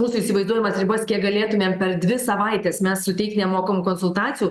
mūsų įsivaizduojamas ribas kiek galėtumėm per dvi savaites mes suteikt nemokamų konsultacijų